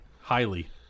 highly